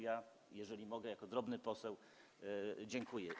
Ja - jeżeli mogę jako drobny poseł - dziękuję.